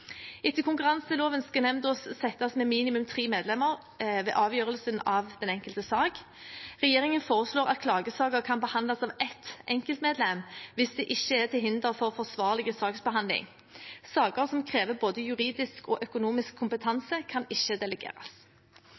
Etter konkurranseloven skal nemnda settes med minimum tre medlemmer ved avgjørelsen av den enkelte sak. Regjeringen foreslår at klagesaker kan behandles av ett enkeltmedlem, hvis det ikke er til hinder for forsvarlig saksbehandling. Saker som krever både juridisk og økonomisk kompetanse, kan ikke delegeres.